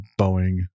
Boeing